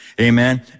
Amen